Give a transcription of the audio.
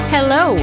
Hello